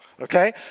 Okay